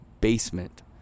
basement